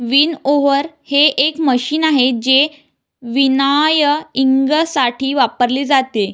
winnower हे एक machine आहे जे विनॉयइंगसाठी वापरले जाते